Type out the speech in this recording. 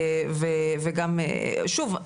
וגם שוב,